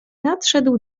nadszedł